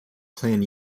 clan